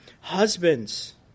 Husbands